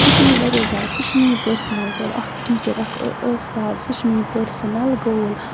تہِ چھُ مےٚ واریاہ زیادٕ سُہ چھُ میون پٔرسٕنَل گول اکھ ٹیٖچر اکھ اُستاد سُہ چھُ میٲنۍ پٔرسٕنَل گول